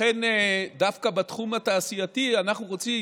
לכן דווקא בתחום התעשייתי אנחנו רוצים